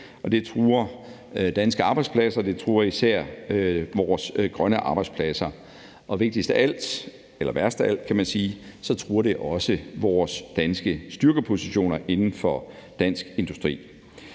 det truer danske arbejdspladser, og det truer især vores grønne arbejdspladser, og hvad der er vigtigst af alt – eller værst af alt, kan man sige – truer det også vores danske styrkepositioner inden for dansk industri.